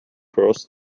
cross